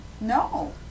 No